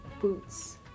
Boots